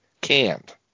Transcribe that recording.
canned